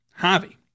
Javi